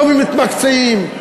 לא מתמקצעים,